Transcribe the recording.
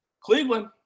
Cleveland